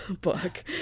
book